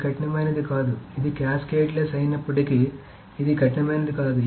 ఇది కఠినమైనది కాదు ఇది కాస్కేడ్ లెస్ అయినప్పటికీ ఇది కఠినమైనది కాదు